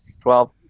Twelve